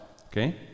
Okay